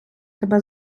тебе